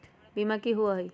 बीमा की होअ हई?